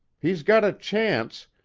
he's got a chance,